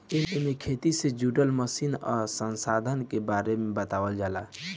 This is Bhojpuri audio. एमे खेती से जुड़ल मशीन आ संसाधन के बारे बतावल जाला